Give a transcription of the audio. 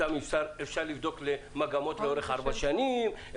אתם אפשר לבדוק מגמות לאורך ארבע שנים.